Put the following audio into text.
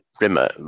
Rimmer